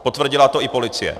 Potvrdila to i policie.